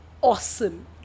awesome